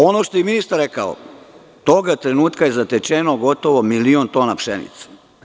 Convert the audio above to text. Ono što je ministar rekao, toga trenutka je zatečeno gotovo milion tona pšenice.